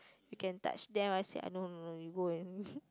you can touch them I say no no no you go and